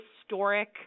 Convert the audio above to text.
historic